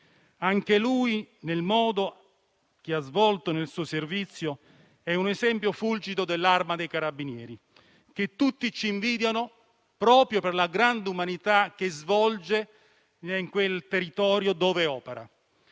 Anch'egli, per il modo in cui ha svolto il suo servizio, è un esempio fulgido dell'Arma dei carabinieri, che tutti ci invidiano proprio per la grande umanità che esprime in quel territorio in cui opera.